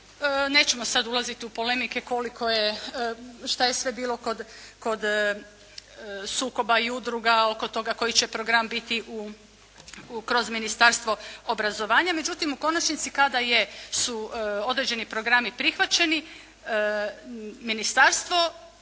Nećemo sad ulaziti u polemike koliko je, što je sve bilo kod sukoba i udruga oko toga koji će program biti kroz Ministarstvo obrazovanja. Međutim, u konačnici kada su određeni programi prihvaćeni Ministarstvo,